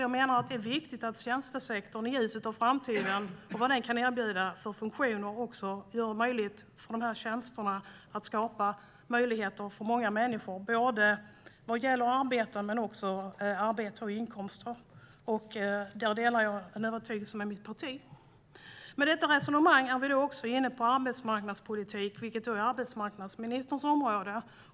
Jag menar att det är viktigt att se tjänstesektorn i ljuset av framtiden och vad den kan erbjuda för funktioner. De här tjänsterna kan skapa möjligheter för många människor. Där delar jag övertygelse med mitt parti. Med detta resonemang är vi också inne på arbetsmarknadspolitik, vilket är arbetsmarknadsministerns område.